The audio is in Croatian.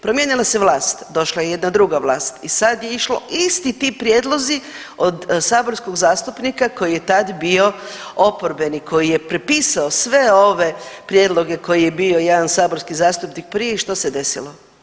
Promijenila se vlast, došla je jedna druga vlast i sad je išlo isti ti prijedlozi od saborskog zastupnika koji je tad bio oporbeni, koji je prepisao sve ove prijedloge koji je bio jedan saborski zastupnik prije i što se desilo?